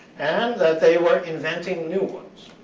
and that they were inventing new ones.